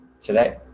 today